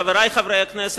חברי הכנסת,